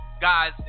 guys